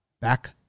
back